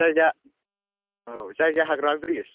जायगाया औ जायगाया हाग्रामा ब्रिड्स